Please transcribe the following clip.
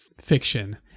fiction –